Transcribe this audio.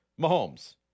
Mahomes